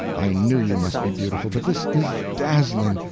i knew you must be beautiful, but this is dazzling,